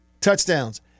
touchdowns